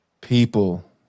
People